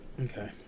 Okay